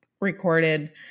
recorded